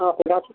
অঁ